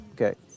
Okay